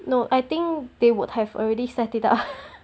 no I think they would have already set it up